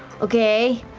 okay.